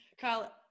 Kyle